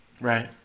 Right